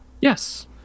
yes